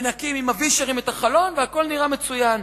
מנקים עם הווישרים את החלון והכול נראה מצוין.